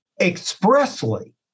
expressly